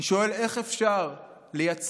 אני שואל איך אפשר לייצג